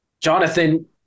Jonathan